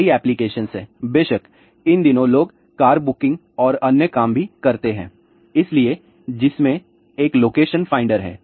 कई एप्लिकेशन हैं बेशक इन दिनों लोग कार बुकिंग और अन्य काम भी करते हैं इसलिए जिसमें एक लोकेशन फाइंडर है